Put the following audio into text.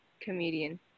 comedian